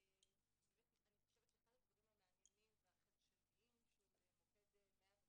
אני חושבת שאחד הדברים המעניינים והחדשניים של מוקד 105